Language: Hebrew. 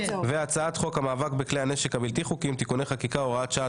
הצעת חוק המאבק בכלי הנשק הבלתי חוקיים (תיקוני חקיקה) (הוראת שעה),